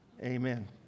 amen